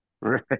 right